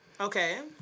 Okay